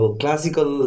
classical